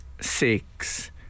six